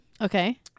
Okay